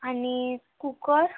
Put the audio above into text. आणि कुकर